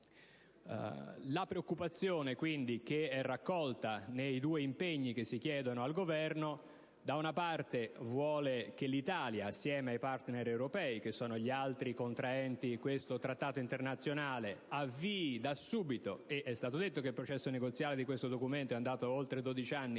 La preoccupazione, che è raccolta nei due impegni che si chiedono al Governo, da una parte vuole che l'Italia, assieme ai *partner* europei, che sono gli altri contraenti questo Trattato internazionale, avvii da subito - è stato detto che il processo negoziale di questo documento è durato oltre 12 anni